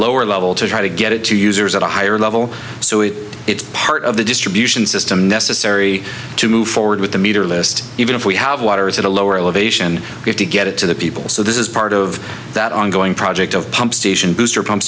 lower level to try to get it to users at a higher level so if it's part of the distribution system necessary to move forward with the meter list even if we have water is at a lower elevation if you get it to the people so this is part of that ongoing project of pump station booster pump